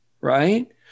right